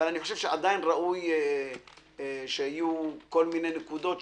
אבל אני חושב שעדיין ראוי שיהיו כל מיני דיוקים.